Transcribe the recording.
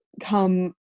come